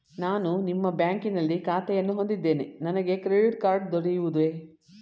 ನಾನು ನಿಮ್ಮ ಬ್ಯಾಂಕಿನಲ್ಲಿ ಖಾತೆಯನ್ನು ಹೊಂದಿದ್ದೇನೆ ನನಗೆ ಕ್ರೆಡಿಟ್ ಕಾರ್ಡ್ ದೊರೆಯುವುದೇ?